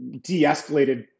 de-escalated